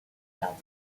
without